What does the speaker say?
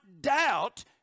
doubt